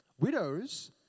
Widows